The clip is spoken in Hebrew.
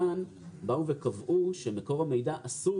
כאן באו וקבעו שלמקור המידע אסור